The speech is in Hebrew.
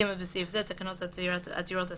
(ג)בסעיף זה, "תקנות עתירות אסירים"